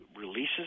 releases